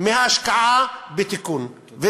מההשקעה בתיקון, תודה.